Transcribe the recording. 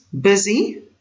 busy